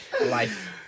Life